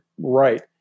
right